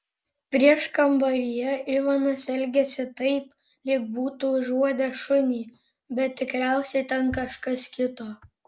prieškambaryje ivanas elgėsi taip lyg būtų užuodęs šunį bet tikriausiai ten kažkas kito